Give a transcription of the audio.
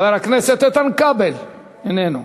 חבר הכנסת איתן כבל, איננו.